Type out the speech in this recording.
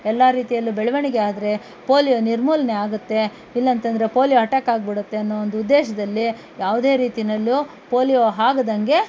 ಎಲ್ಲ ರೀತಿಯಲ್ಲೂ ಬೆಳವಣಿಗೆ ಆದರೆ ಪೋಲ್ಯೋ ನಿರ್ಮೂಲನೆ ಆಗುತ್ತೆ ಇಲ್ಲಂತಂದರೆ ಪೋಲಿಯೋ ಅಟ್ಯಾಕ್ ಆಗಿಬಿಡುತ್ತೆ ಅನ್ನೋ ಒಂದು ಉದ್ದೇಶದಲ್ಲಿ ಯಾವುದೇ ರೀತಿಯಲ್ಲೂ ಪೋಲಿಯೋ ಆಗದಂತೆ